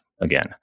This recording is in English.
again